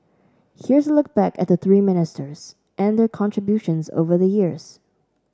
here's a look back at the three ministers and their contributions over the years